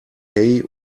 hay